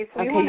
Okay